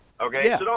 okay